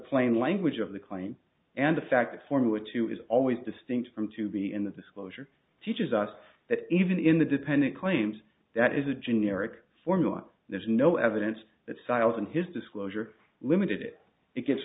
plain language of the claim and the fact that formula two is always distinct from to be in the disclosure teaches us that even in the dependent claims that is a generic formula there's no evidence that silas and his disclosure limited it it gets